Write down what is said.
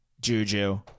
Juju